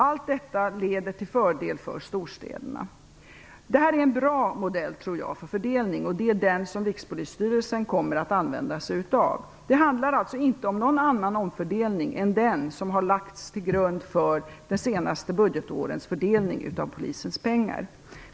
Allt detta leder till fördel för storstäderna. Jag tror att det är en bra modell för fördelning, och det är den modell om Rikspolisstyrelsen kommer att använda sig av. Det handlar alltså inte om någon annan omfördelning än den som har lagts till grund för de senaste budgetårens fördelning av Polisens pengar.